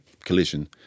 collision